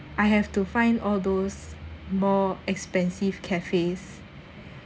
I have to find all those more expensive cafes